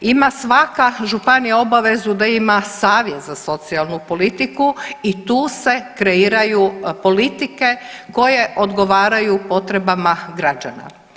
Ima svaka županija obavezu da ima savjet za socijalnu politiku i tu se kreiraju politike koje odgovaraju potrebama građana.